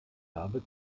habe